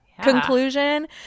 conclusion